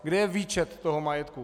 Kde je výčet toho majetku?